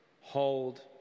Hold